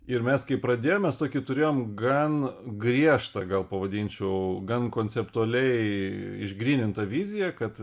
ir mes kai pradėjom mes tokį turėjom gan griežtą gal pavadinčiau gan konceptualiai išgrynintą viziją kad